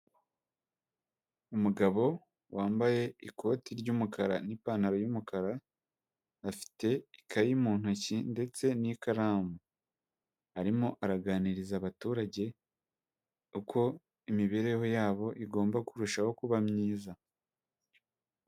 Umugabo wambaye ikoti ry'umukara n'ipantaro y'umukara, afite ikayi mu ntoki ndetse n'ikaramu. Arimo araganiriza abaturage uko imibereho yabo igomba kurushaho kuba myiza.